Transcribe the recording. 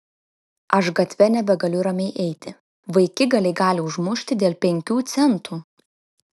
aš gatve nebegaliu ramiai eiti vaikigaliai gali užmušti dėl penkių centų